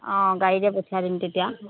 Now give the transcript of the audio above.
অঁ গাড়ীতে পঠিয়াই দিম তেতিয়া